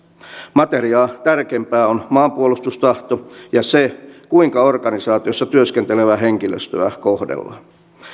materiaa tärkeämpää on maanpuolustustahto ja se kuinka organisaatiossa työskentelevää henkilöstöä kohdellaan